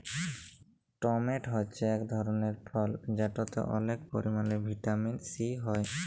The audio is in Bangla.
টমেট হছে ইক ধরলের ফল যেটতে অলেক পরিমালে ভিটামিল সি হ্যয়